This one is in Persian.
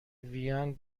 وین